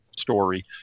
story